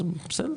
אז בסדר,